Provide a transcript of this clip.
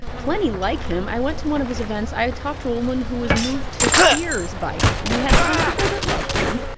plenty like him. i went to one of his events. i ah talked to a woman who was moved to tears by him. you had some people that loved him,